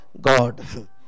God